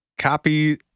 Copy